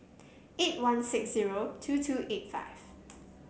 eight one six zero two two eight five